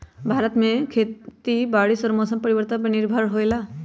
भारत में खेती बारिश और मौसम परिवर्तन पर निर्भर होयला